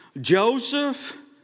Joseph